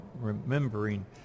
remembering